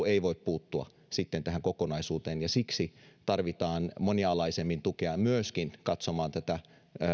ei voi puuttua sitten tähän kokonaisuuteen ja siksi tarvitaan monialaisemmin tukea myöskin katsomaan tätä